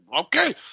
okay